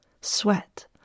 sweat